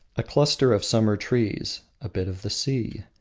a cluster of summer trees, a bit of the sea,